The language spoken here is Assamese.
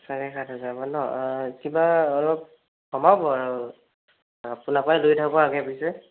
চাৰে সাত হাজাৰমান ন' কিবা অলপ কমাব আৰু আপোনাৰ পৰাই লৈ থাকোঁ আগে পিছে